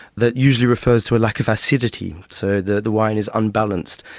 that usually refers to a lack of acidity. so the the wine is unbalanced,